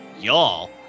Y'all